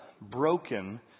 broken